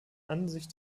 ansicht